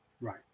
Right